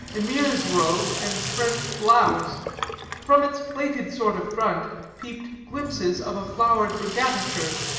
emir's robe, and french blouse from its plaited sort of front peeped glimpses of a flowered regatta-shirt,